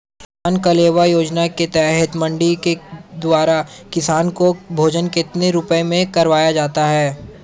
किसान कलेवा योजना के तहत मंडी के द्वारा किसान को भोजन कितने रुपए में करवाया जाता है?